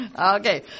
okay